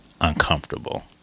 uncomfortable